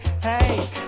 hey